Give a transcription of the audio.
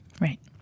Right